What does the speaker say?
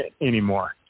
anymore